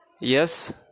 yes